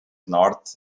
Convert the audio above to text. north